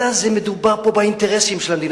אלא מדובר פה באינטרסים של המדינה.